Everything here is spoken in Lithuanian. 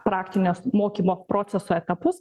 praktinio mokymo proceso etapus